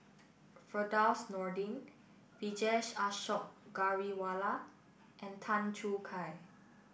Firdaus Nordin Vijesh Ashok Ghariwala and Tan Choo Kai